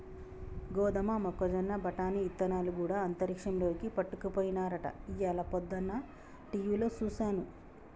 గోదమ మొక్కజొన్న బఠానీ ఇత్తనాలు గూడా అంతరిక్షంలోకి పట్టుకపోయినారట ఇయ్యాల పొద్దన టీవిలో సూసాను